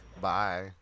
Bye